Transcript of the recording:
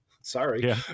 sorry